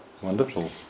wonderful